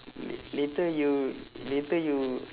la~ later you later you